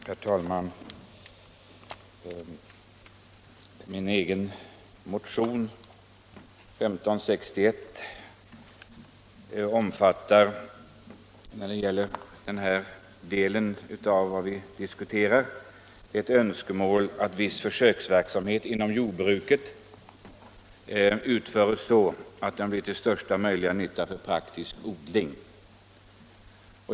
Herr talman! Min egen motion 1561 omfattar i fråga om det vi nu diskuterar ett önskemål att viss försöksverksamhet inom jordbruket utföres så att den blir till största möjliga nytta för praktisk odling.